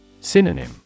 Synonym